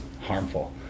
harmful